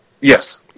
Yes